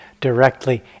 directly